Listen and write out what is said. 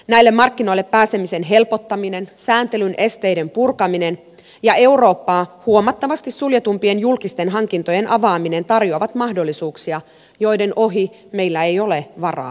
näille markkinoille pääsemisen helpottaminen sääntelyn esteiden purkaminen ja eurooppaa huomattavasti suljetumpien julkisten hankintojen avaaminen tarjoavat mahdollisuuksia joiden ohi meillä ei ole varaa kulkea